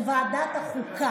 וואו,